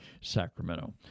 Sacramento